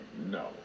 no